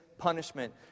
punishment